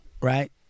right